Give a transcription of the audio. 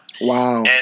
Wow